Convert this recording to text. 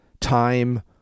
time